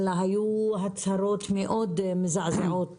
אלא היו הצהרות מאוד מזעזעות